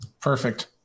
Perfect